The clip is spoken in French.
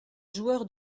joueur